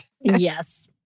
Yes